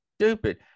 stupid